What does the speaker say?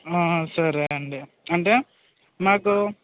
సరే అండి అంటే నాకు